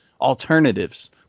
alternatives